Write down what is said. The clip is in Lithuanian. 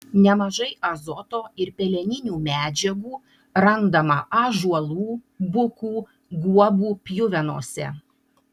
nemažai azoto ir peleninių medžiagų randama ąžuolų bukų guobų pjuvenose